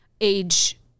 age